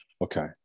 Okay